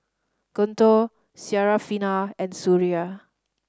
Guntur Syarafina and Suria